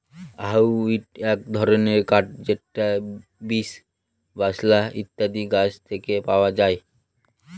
hardwood এক ধরনের কাঠ যেটা বীচ, বালসা ইত্যাদি গাছ থেকে পাওয়া যায়